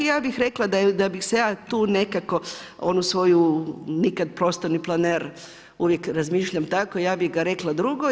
Ja bih rekla da bih se ja tu nekako onu svoju nikad prostorni planer, uvijek razmišljam tako, ja bih ga rekla drugo.